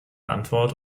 antwort